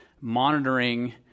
monitoring